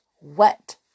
wet